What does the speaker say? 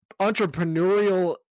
entrepreneurial